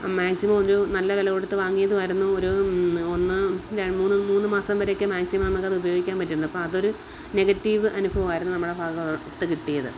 ആ മാക്സിമം ഒരു നല്ല വിലകൊടുത്ത് വാങ്ങിയതുമായിരുന്നു ഒരു ഒന്ന് മൂന്ന് മൂന്നു മാസം വരെയൊക്കെ മാക്സിമം നമ്മൾക്ക് അതു ഉപയോഗിക്കാൻ പറ്റുന്നുണ്ട് അപ്പം അതൊരു നെഗറ്റീവ് അനുഭവമായിരുന്നു നമ്മുടെ ഭാഗത്ത് കിട്ടിയത്